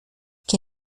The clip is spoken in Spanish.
que